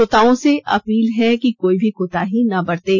श्रोताओं से अपील है कि कोई भी कोताही न बरतें